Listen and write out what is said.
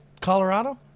colorado